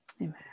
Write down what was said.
Amen